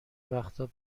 وقتها